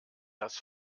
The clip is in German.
dass